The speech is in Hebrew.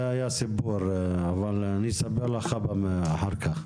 זה היה סיפור, אבל אני אספר לך אחר כך.